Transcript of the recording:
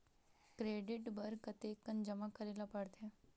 Credit बर कतेकन जमा करे ल पड़थे?